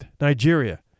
Nigeria